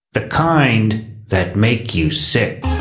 the kind that make you sick.